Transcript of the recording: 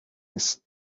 نیست